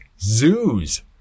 zoos